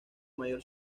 mayor